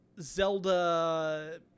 Zelda